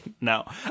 No